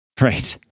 right